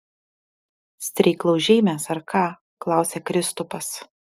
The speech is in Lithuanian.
streiklaužiai mes ar ką klausia kristupas